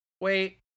Wait